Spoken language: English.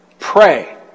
pray